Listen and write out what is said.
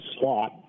slot